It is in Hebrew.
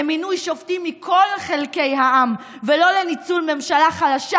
למינוי שופטים מכל חלקי העם ולא לניצול ממשלה חלשה